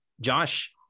Josh